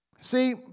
See